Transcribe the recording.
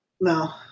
no